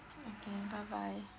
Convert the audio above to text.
okay bye bye